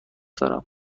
دارم